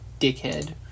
Dickhead